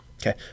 okay